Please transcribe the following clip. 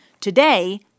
Today